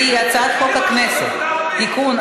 והיא הצעת חוק הכנסת (תיקון,